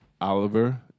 Oliver